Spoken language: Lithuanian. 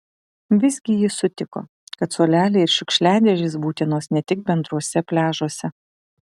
vis gi jis sutiko kad suoleliai ir šiukšliadėžės būtinos ne tik bendruose pliažuose